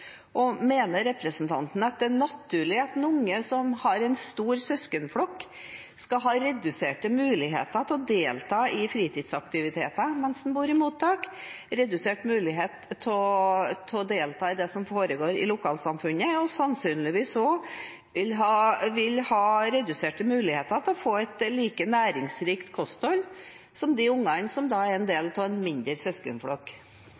Og mener representanten det er naturlig at en unge som har en stor søskenflokk, skal ha redusert mulighet til å delta i fritidsaktiviteter mens man bor i mottak, ha redusert mulighet til å delta i det som forgår i lokalsamfunnet, og sannsynligvis også ha redusert mulighet for å få et like næringsrikt kosthold som de ungene som er del av en